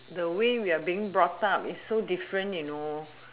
the way we are being brought up is so different you know